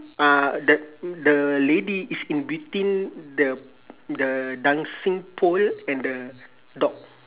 uh the the lady is in between the the dancing pole and the dog